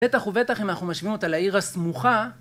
בטח ובטח אם אנחנו משווים אותה לעיר הסמוכה.